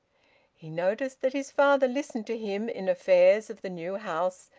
he noticed that his father listened to him, in affairs of the new house,